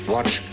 Watch